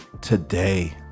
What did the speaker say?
today